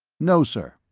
no, sir,